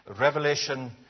Revelation